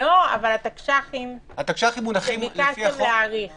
אבל התקש"חים שביקשתם להאריך